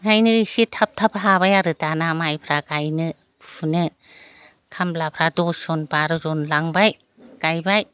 ओंखायनो एसे थाब थाब हाबाय आरो दाना माइफ्रा गायनो फुनो खामलाफ्रा दस जन बार' जन लांबाय गायबाय